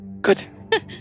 Good